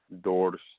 doors